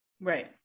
right